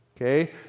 okay